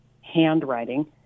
handwriting